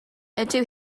ydyw